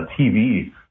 TV